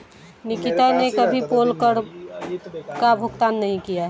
निकिता ने कभी पोल कर का भुगतान नहीं किया है